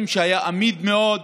שהיה אמיד מאוד,